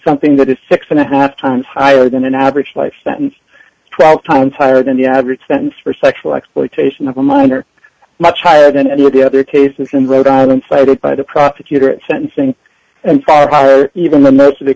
something that is six and a half times higher than an average life sentence twelve times higher than the average sentence for sexual exploitation of a minor much higher than any of the other cases in rhode island cited by the prosecutor at sentencing and far higher even than most of the